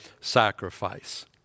sacrifice